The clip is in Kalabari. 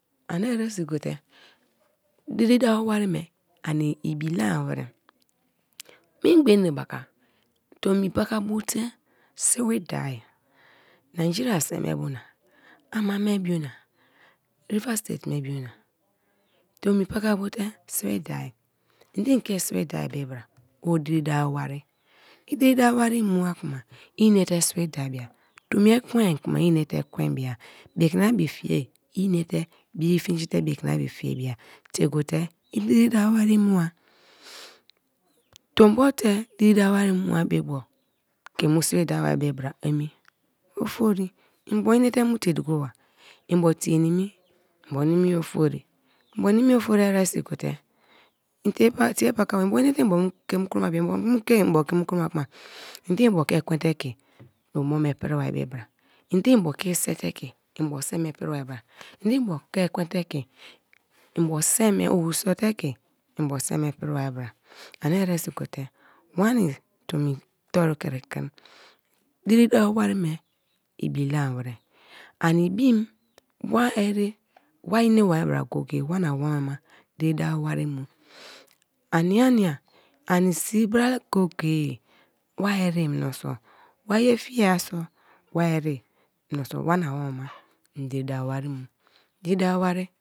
Ani eresi gote diri dawo wari me ani ibi lam warari. Mengba enebaka tomi paka bo te sibi da nigeria se me bu na, arma me bio na, rivers state bio na, tomi paka bo te sibi da i de ke sibi dabe bo bra? O diri dawo wari. I diri dawo wari mua kuma, inate sibi da bia, tomi ekwen kuma inate ikwen bia, bekin na be fie inate bi fingite bekin na be fie bia tiegote i diri dawo wari mua. tombote i diri dawo wari mua be bo ke mu sibi da ba bra emi? Ofori mbo inate mutie duko ba? Mbo tie nimi? Mbo nimi ye ofori. Mbo nimi ya ofori eresi gote nti pa tie pakaba, mbo inate mbo ke mie krama bia, mbo ke mu ke mbo krama kuma ende mbo ke ekwen te ke tombo me primari bra, ende mbo ke se te ke mbo sema pri bari bra, ende mbo ke ekwen te ke mbo se ma owu so te ke mbo se ma pri bari bra? Ani eresi gote wani tomi toru krikri. Diri dawo wari me ibi lam warar' ani ibi wa ere wa ineba bra go-go-ye wana awoma diri dawo wari mu. Ania nia ani sii bra go-go-ye we ere menso wa ye fieai so wa ere menso wana awoma en diri dawo wari mu, diri dawo wari.